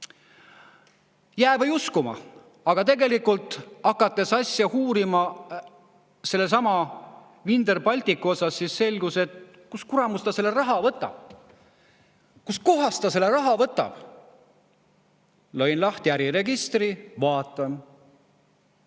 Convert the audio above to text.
Jää või uskuma! Aga tegelikult, kui hakkasin asja uurima, sedasama Vindr Balticut, siis selgus, kust kuramus ta selle raha võtab. Kust kohast ta selle raha võtab? Lõin lahti äriregistri, vaatasin.